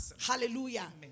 hallelujah